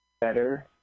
better